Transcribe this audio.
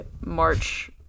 March